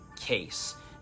case